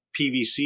pvc